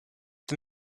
the